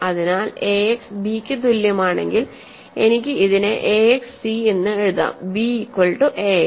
അതിനാൽ ax b യ്ക്ക് തുല്യമാണെങ്കിൽ എനിക്ക് ഇതിനെ axc എന്ന് എഴുതാം b ഈക്വൽ റ്റു ax